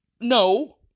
no